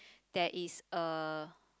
there is a